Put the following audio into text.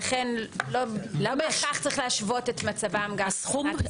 לכן לא בהכרח צריך להשוות את מצבם גם מבחינת הזכאות.